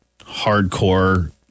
hardcore